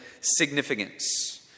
significance